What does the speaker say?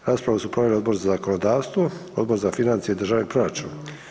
Raspravu su proveli Odbor za zakonodavstvo, Odbor za financije i državni proračun.